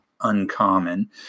uncommon